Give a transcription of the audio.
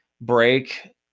break